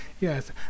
Yes